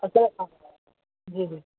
तो जी जी